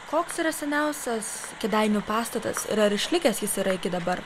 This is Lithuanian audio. koks yra seniausias kėdainių pastatas ir ar išlikęs jis yra iki dabar